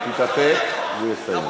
תתאפק, והוא יסיים.